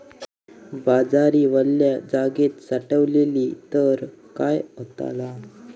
बाजरी वल्या जागेत साठवली तर काय होताला?